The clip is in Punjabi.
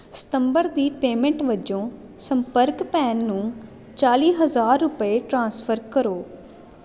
ਸਤੰਬਰ ਦੀ ਪੇਮੈਂਟ ਵਜੋਂ ਸੰਪਰਕ ਭੈਣ ਨੂੰ ਚਾਲੀ ਹਜ਼ਾਰ ਰੁਪਏ ਟ੍ਰਾਂਸਫਰ ਕਰੋ